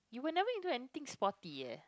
you were never into anything sporty eh